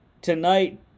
tonight